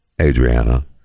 Adriana